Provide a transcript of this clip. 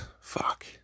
fuck